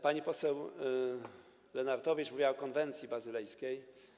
Pani poseł Lenartowicz mówiła o konwencji bazylejskiej.